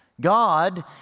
God